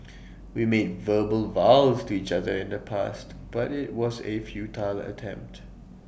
we made verbal vows to each other in the past but IT was A futile attempt